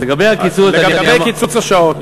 ולגבי קיצוץ השעות.